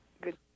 Good